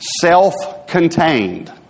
self-contained